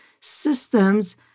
Systems